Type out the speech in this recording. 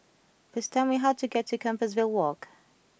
please tell me how to get to Compassvale Walk